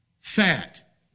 Fat